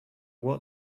what